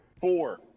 four